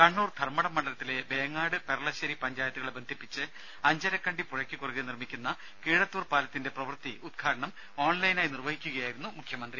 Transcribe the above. കണ്ണൂർ ധർമ്മടം മണ്ഡലത്തിലെ വേങ്ങാട് പെരളശേരി പഞ്ചായത്തുകളെ ബന്ധിപ്പിച്ച് അഞ്ചരക്കണ്ടി പുഴയ്ക്ക് കുറുകെ നിർമ്മിക്കുന്ന കീഴത്തൂർ പാലത്തിന്റെ പ്രവൃത്തി ഉദ്ഘാടനം ഓൺലൈനായി നിർവഹിക്കുകയായിരുന്നു മുഖ്യമന്ത്രി